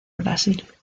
brasil